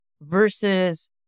versus